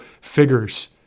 figures